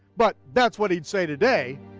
but that's what he'd say today.